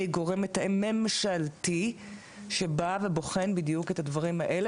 גורם מתאם ממשלתי שבא ובוחן בדיוק את הדברים האלה